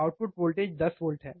output voltage 10 volt है